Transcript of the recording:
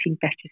better